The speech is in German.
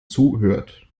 zuhört